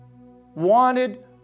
wanted